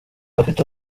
bafite